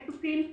של לפטופים.